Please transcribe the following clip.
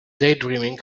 daydreaming